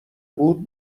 بود